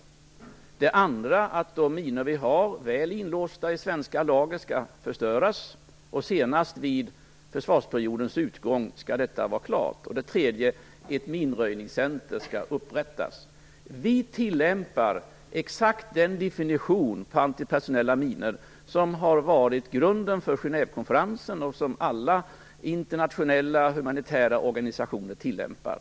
För det andra skall de minor som nu finns väl inlåsta i svenska lager förstöras. Detta skall vara klart senast vid försvarsperiodens utgång. För det tredje skall ett minröjningscenter upprättas. Vi tillämpar exakt den definition på antipersonella minor som har varit grunden för Genévekonferensen och som alla internationella humanitära organisationer tillämpar.